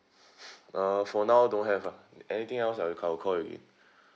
ah for now don't have ah anything else I'll I'll call you again